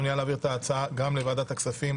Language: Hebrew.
אחד ההצעה